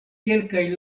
kelkaj